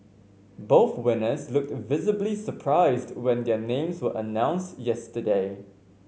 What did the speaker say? both winners looked visibly surprised when their names were announced yesterday